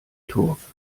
turf